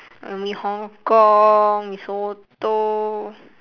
um mee hong kong mee soto